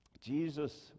Jesus